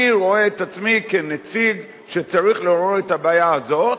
אני רואה את עצמי כנציג שצריך לעורר את הבעיה הזאת,